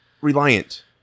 reliant